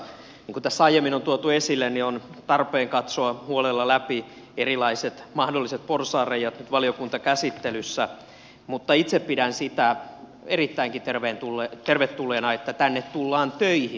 niin kuin tässä aiemmin on tuotu esille on tarpeen katsoa huolella läpi erilaiset mahdolliset porsaanreiät nyt valiokuntakäsittelyssä mutta itse pidän sitä erittäinkin tervetulleena että tänne tullaan töihin